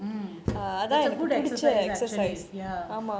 mm it's a good exercise actually ya